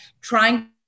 trying